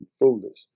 foolish